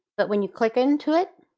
but when you click into it,